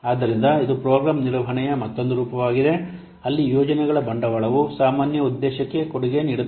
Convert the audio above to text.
ಆದ್ದರಿಂದ ಇದು ಪ್ರೋಗ್ರಾಂ ನಿರ್ವಹಣೆಯ ಮತ್ತೊಂದು ರೂಪವಾಗಿದೆ ಅಲ್ಲಿ ಯೋಜನೆಗಳ ಬಂಡವಾಳವು ಸಾಮಾನ್ಯ ಉದ್ದೇಶಕ್ಕೆ ಕೊಡುಗೆ ನೀಡುತ್ತದೆ